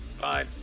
Bye